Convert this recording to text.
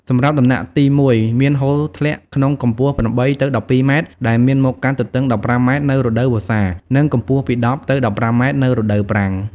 សម្រាប់់ដំណាក់ទី១ មានហូរធ្លាក់ក្នុងកម្ពស់ ៨ ទៅ ១២ម៉ែត្រ ដែលមានមុខកាត់ទទឹង ១៥ម៉ែត្រ នៅរដូវវស្សា និងកម្ពស់ពី១០ ទៅ ១៥ម៉ែត្រ នៅរដូវប្រាំង។